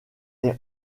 est